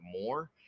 more